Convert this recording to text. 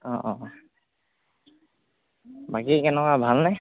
অঁ অঁ বাকী কেনেকুৱা ভালনে